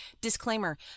Disclaimer